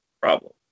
problem